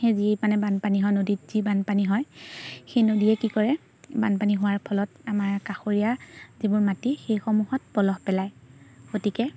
সেই যি মানে বানপানী হয় নদীত যি বানপানী হয় সেই নদীয়ে কি কৰে বানপানী হোৱাৰ ফলত আমাৰ কাষৰীয়া যিবোৰ মাটি সেইসমূহত পলস পেলায় গতিকে